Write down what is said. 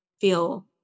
feel